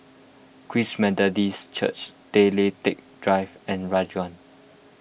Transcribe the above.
Christ Methodist Church Tay Lian Teck Drive and Ranggung